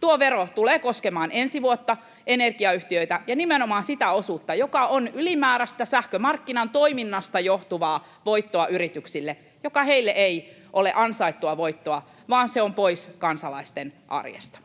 Tuo vero tulee koskemaan ensi vuotta, energiayhtiöitä ja nimenomaan sitä osuutta, joka on ylimääräistä, sähkömarkkinan toiminnasta johtuvaa voittoa yrityksille, joka heille ei ole ansaittua voittoa, vaan se on pois kansalaisten arjesta.